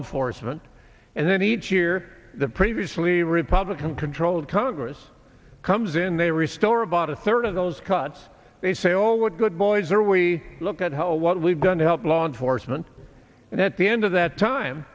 enforcement and then each year the previously republican controlled congress comes in they restore about a third of those cuts they say oh what good boy is there we look at what we've done to help law enforcement and at the end of that time